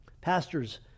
Pastors